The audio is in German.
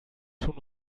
schon